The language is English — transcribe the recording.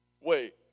Wait